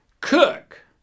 cook